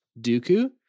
Dooku